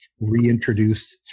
reintroduced